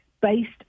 based